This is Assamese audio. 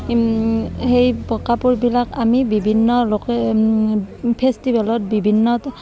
সেই কাপোৰবিলাক আমি বিভিন্ন লোকে ফেষ্টিভেলত বিভিন্ন